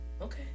okay